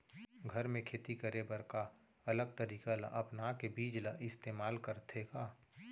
घर मे खेती करे बर का अलग तरीका ला अपना के बीज ला इस्तेमाल करथें का?